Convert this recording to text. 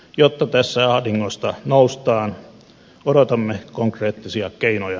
jotta tästä ahdingosta noustaan odotamme konkreettisia keinoja